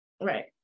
right